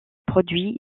produits